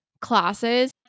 classes